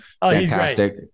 Fantastic